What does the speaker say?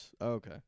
Okay